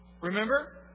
Remember